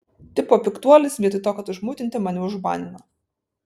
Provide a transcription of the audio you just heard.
tipo piktuolis vietoj to kad užmutinti mane užbanino